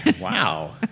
wow